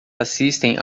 assistem